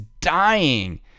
dying